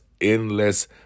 endless